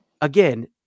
again